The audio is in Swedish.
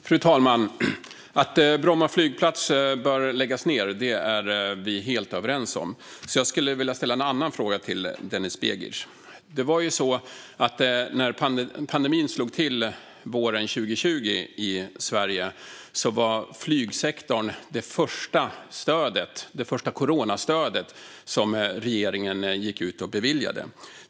Fru talman! Att Bromma flygplats bör läggas ned är vi helt överens om, så jag skulle vilja ställa en annan fråga till Denis Begic. När pandemin slog till våren 2020 i Sverige var det flygsektorn som fick det första coronastöd som regeringen gick ut och beviljade.